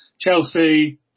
Chelsea